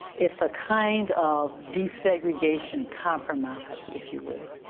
it's a kind of desegregation compromise, if you will.